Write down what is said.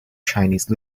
chinese